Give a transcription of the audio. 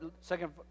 Second